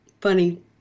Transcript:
Funny